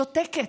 שותקת.